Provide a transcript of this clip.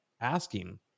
asking